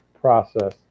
process